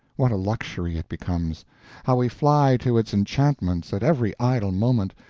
what a luxury it becomes how we fly to its enchantments at every idle moment,